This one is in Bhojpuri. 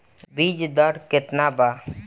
बीज दर केतना वा?